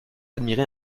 admirer